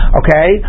okay